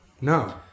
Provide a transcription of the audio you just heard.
No